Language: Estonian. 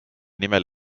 nimel